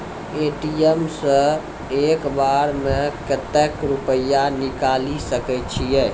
ATM सऽ एक बार म कत्तेक रुपिया निकालि सकै छियै?